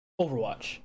Overwatch